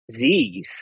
Zs